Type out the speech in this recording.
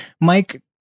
Mike